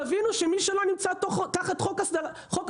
תבינו שמי שלא נמצא תחת חוק הפצת